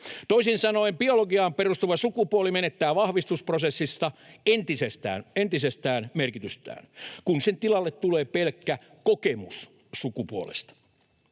Toisin sanoen biologiaan perustuva sukupuoli menettää vahvistusprosessissa entisestään merkitystään, kun sen tilalle tulee pelkkä kokemus sukupuolesta.